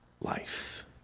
life